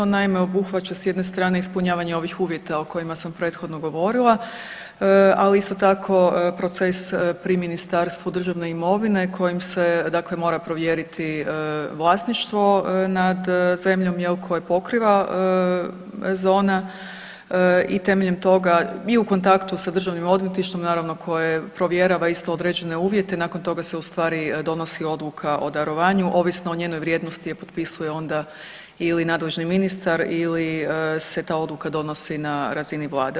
On naime obuhvaća s jedne strane ispunjavanje ovih uvjeta o kojima sam prethodno govorila, ali isto tako proces pri Ministarstvu državne imovine kojim se dakle mora provjeriti vlasništvo nad zemljom jel koje pokriva zona i temeljem toga i u kontaktu sa državnim odvjetništvom naravno koje provjerava isto određene uvjete, nakon toga se u stvari donosi odluka o darovanju, ovisno o njenoj vrijednosti je potpisuje onda ili nadležni ministar ili se ta odluka donosi na razini vlade.